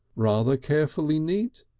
rather carefully neat,